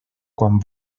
quan